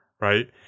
right